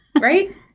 right